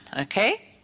okay